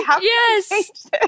Yes